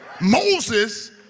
Moses